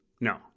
No